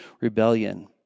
rebellion